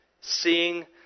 Seeing